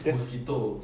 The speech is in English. that's